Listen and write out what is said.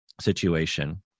situation